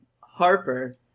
Harper